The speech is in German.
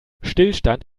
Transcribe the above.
stillstand